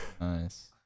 Nice